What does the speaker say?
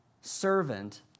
servant